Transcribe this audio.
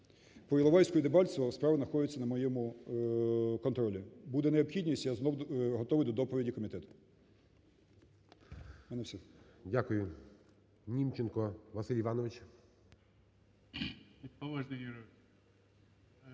По Іловайську і Дебальцевому справа знаходиться на моєму контролі. Буде необхідність – я знову готовий до доповіді комітету.